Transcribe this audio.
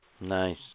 Nice